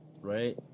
right